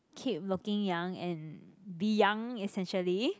keep looking young and be young essentially